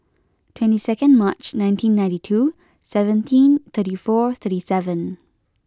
twenty second March nineteen ninety two seventeen thirty four thirty seven